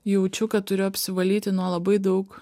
jaučiu kad turiu apsivalyti nuo labai daug